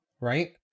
right